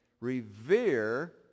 Revere